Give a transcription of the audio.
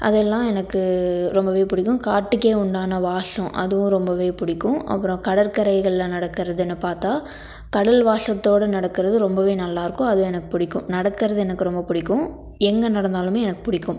அதெல்லாம் எனக்கு ரொம்பவே பிடிக்கும் காட்டுக்கே உண்டான வாசம் அதுவும் ரொம்பவே பிடிக்கும் அப்புறம் கடற்கரைகளில் நடக்கிறதுனு பார்த்தா கடல் வாசத்தோடு நடக்கிறது ரொம்பவே நல்லா இருக்கும் அதுவும் எனக்கு பிடிக்கும் நடக்கிறது எனக்கு ரொம்ப பிடிக்கும் எங்கே நடந்தாலுமே எனக்கு பிடிக்கும்